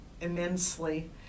immensely